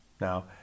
Now